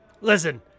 Listen